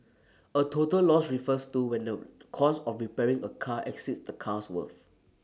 A total loss refers to when the cost of repairing A car exceeds the car's worth